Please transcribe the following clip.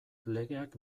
legeak